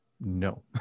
No